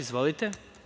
Izvolite.